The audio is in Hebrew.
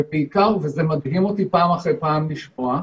ובעיקר, וזה מדהים אותי פעם אחר פעם לשמוע,